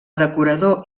decorador